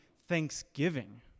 thanksgiving